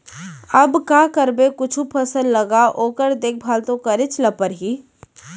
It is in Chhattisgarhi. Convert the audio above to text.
अब का करबे कुछु फसल लगा ओकर देखभाल तो करेच ल परही